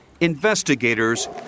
investigators